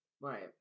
Right